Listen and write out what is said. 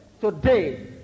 today